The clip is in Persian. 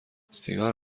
سیگار